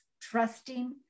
trusting